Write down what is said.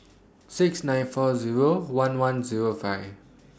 six nine four Zero one one Zero five